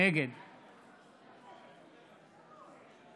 נגד אלון טל,